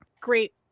great